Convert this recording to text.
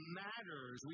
matters